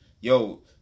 yo